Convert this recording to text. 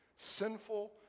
sinful